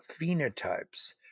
phenotypes